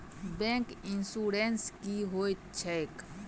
Bank insurance की होइत छैक?